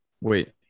Wait